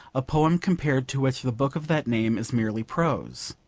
a poem compared to which the book of that name is merely prose.